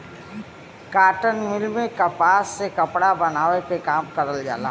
cotton mill में कपास से कपड़ा बनावे के काम करल जाला